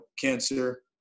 cancer